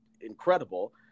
incredible